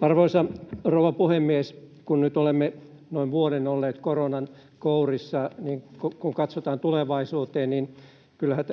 Arvoisa rouva puhemies! Kun nyt olemme noin vuoden olleet koronan kourissa, niin kun katsotaan tulevaisuuteen, niin kyllähän